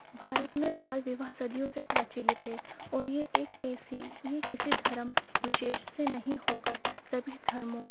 بھارت میں بال وواہ صدیوں سے پرچلت ہے اور یہ ایک ایسی یہ کسی دھرم وشیش سے نہیں ہو کر سبھی دھرموں